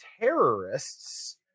terrorists